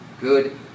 Good